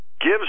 gives